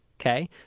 Okay